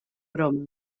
broma